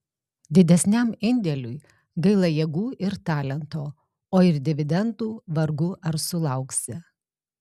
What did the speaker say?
didesniam indėliui gaila jėgų ir talento o ir dividendų vargu ar sulauksi